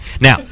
Now